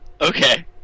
okay